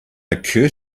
occur